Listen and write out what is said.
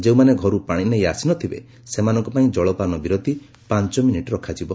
ଯେଉଁମାନେ ଘରୁ ପାଶି ନେଇ ଆସିନଥିବେ ସେମାନଙ୍କ ପାଇଁ ଜଳପାନ ବିରତି ପାଞ୍ ମିନିଟ୍ ରଖାଯିବ